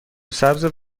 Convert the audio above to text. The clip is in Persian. سبز